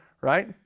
right